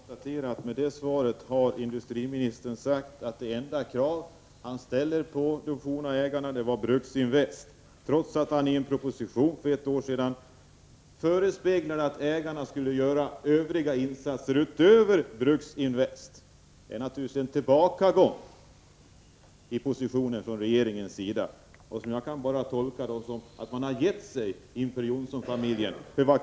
Herr talman! Jag vill bara konstatera att industriministern med detta svar har sagt att det enda krav som han ställt på de forna ägarna var skapandet av Bruksinvest. I en proposition för ett år sedan förespeglade han oss emellertid att ägarna skulle göra andra insatser, utöver detta med Bruksinvest. Det är naturligtvis en tillbakagång när det gäller regeringens position. Jag kan bara tolka det som att regeringen har gett sig inför Johnsonfamiljen.